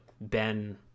Ben